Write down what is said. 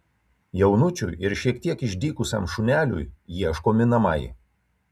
jaunučiui ir šiek tiek išdykusiam šuneliui ieškomi namai